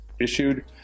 issued